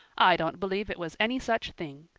i don't believe it was any such thing.